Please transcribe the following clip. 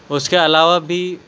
اس کے علاوہ بھی